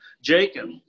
Jacob